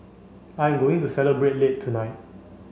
I am going to celebrate late tonight